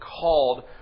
called